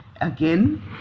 Again